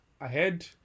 ahead